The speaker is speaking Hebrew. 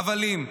הבלים,